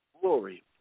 glory